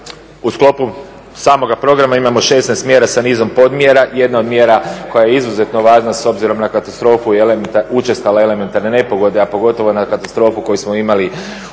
U sklopu samoga programa imamo 16 mjera sa nizom podmjera. Jedna od mjera koja je izuzetno važna s obzirom na katastrofu i učestale elementarne nepogode a pogotovo na katastrofu koju smo imali u